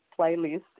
playlist